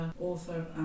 author